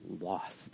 lost